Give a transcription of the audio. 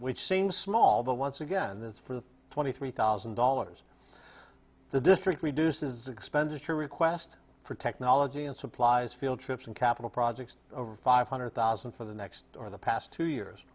which seems small but once again that's for the twenty three thousand dollars the district reduces expenditure request for technology and supplies field trips and capital projects over five hundred thousand for the next or the past two years